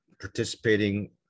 participating